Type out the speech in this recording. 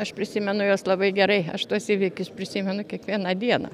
aš prisimenu juos labai gerai aš tuos įvykius prisimenu kiekvieną dieną